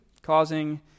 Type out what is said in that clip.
causing